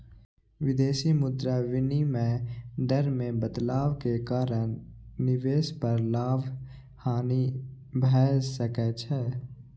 विदेशी मुद्रा विनिमय दर मे बदलाव के कारण निवेश पर लाभ, हानि भए सकै छै